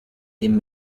dem